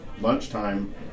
lunchtime